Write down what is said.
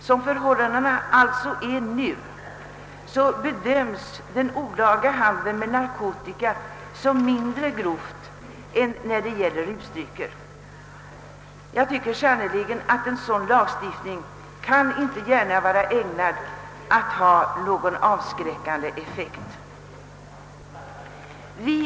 Som förhållandena nu är bedöms alltså den olaga handeln med narkotika som mindre grov än den olovliga rusdrycksförsäljningen. En sådan lagstiftning kan inte vara ägnad att ha en avskräckande effekt.